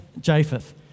Japheth